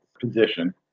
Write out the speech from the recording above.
position